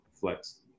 flex